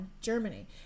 Germany